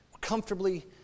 Comfortably